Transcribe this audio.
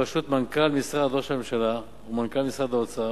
בראשות מנכ"ל משרד ראש הממשלה ומנכ"ל משרד האוצר,